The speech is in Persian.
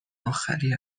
آخری